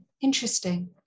interesting